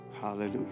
Hallelujah